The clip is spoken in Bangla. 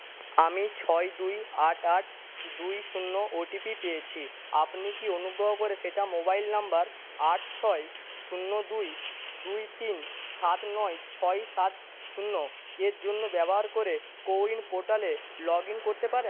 আমি ছয় দুই আট আট দুই শূন্য ওটিপি পেয়েছি আপনি কি অনুগ্রহ করে সেটা মোবাইল নম্বর আট ছয় শূন্য দুই দুই তিন সাত নয় ছয় সাত শূন্যের জন্য ব্যবহার করে কো উইন পোর্টালে লগ ইন করতে পারেন